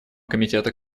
комитета